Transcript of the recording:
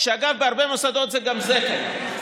בהרבה מוסדות זה חלק,